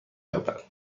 یابد